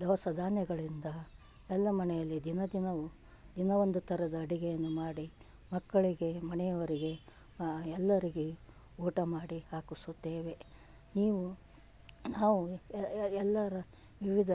ದವಸ ಧಾನ್ಯಗಳಿಂದ ಎಲ್ಲ ಮನೆಯಲ್ಲಿ ದಿನ ದಿನವೂ ದಿನವೊಂದು ಥರದ ಅಡುಗೆಯನ್ನು ಮಾಡಿ ಮಕ್ಕಳಿಗೆ ಮನೆಯವರಿಗೆ ಎಲ್ಲರಿಗೆ ಊಟ ಮಾಡಿ ಹಾಕಿಸುತ್ತೇವೆ ನೀವು ನಾವು ಎಲ್ಲರ ವಿವಿಧ